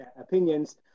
opinions